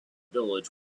village